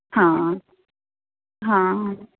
ਹਾਂ ਹਾਂ